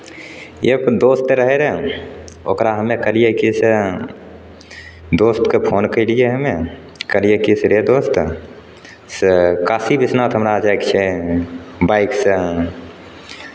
एक दोस्त रहै रहए ओकरा हम्मे कहलियै की से दोस्तकेँ फोन कयलियै हम्मे कहलियै की से रे दोस्त से काशी विश्वनाथ हमरा जायके छै बाइकसँ